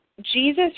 Jesus